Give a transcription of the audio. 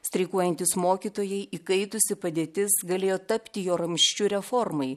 streikuojantys mokytojai įkaitusi padėtis galėjo tapti jo ramsčiu reformai